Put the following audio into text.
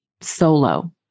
solo